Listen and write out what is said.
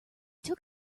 took